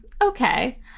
okay